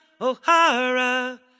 O'Hara